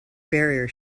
barrier